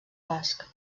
basc